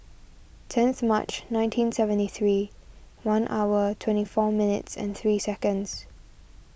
tenth March nineteen seventy three one hour twenty four minutes and three seconds